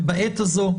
ובעת הזו,